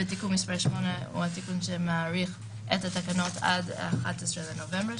ותיקון מס' 8 הוא התיקון שמאריך את התקנות עד 11 בנובמבר,